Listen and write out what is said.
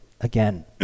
again